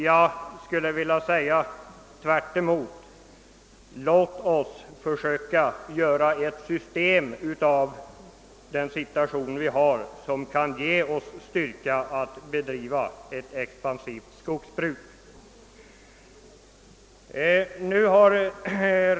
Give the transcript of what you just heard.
Jag vill tvärtom säga att vi i den situation vi nu har bör försöka skapa ett system, som kan ge oss styrka att bedriva ett expansivt skogsbruk.